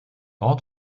ort